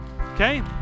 Okay